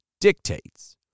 dictates